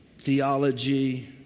theology